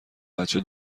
بچه